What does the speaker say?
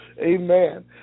Amen